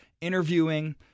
interviewing